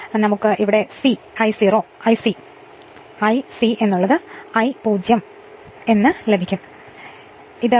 അതിനാൽ എനിക്ക് C I0 cos ∅ 0 ലഭിക്കും നമ്മൾ മുമ്പ് കണ്ടതാണ്